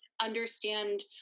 understand